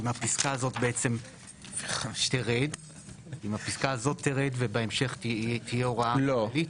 אם הפסקה הזאת תרד ובהמשך תהיה הוראה כללית?